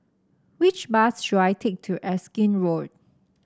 which bus should I take to Erskine Road